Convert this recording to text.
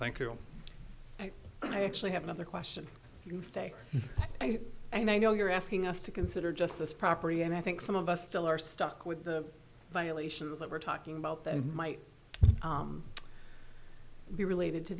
thank you and i actually have another question you stay i know you're asking us to consider just this property and i think some of us still are stuck with the violations that we're talking about that might be related to